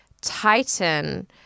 tighten